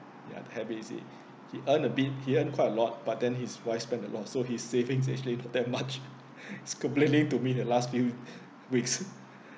ya habit is it he earns a bit he earn quite a lot but then his wife spends a lot so his savings actually not that he's complaining to me in the last few weeks